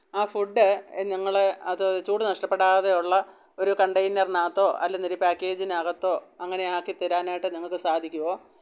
ആ ഫുഡ് നിങ്ങൾ അതു ചൂട് നഷ്ടപ്പെടാതെ ഉള്ള ഒരു കണ്ടേയ്നര്നകത്തൊ അല്ലെന്നൊരി പാക്കേജിനകത്തൊ അങ്ങനെയാക്കി തരാനായിട്ട് നിങ്ങൾക്കു സാധിക്കുമോ